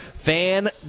Fan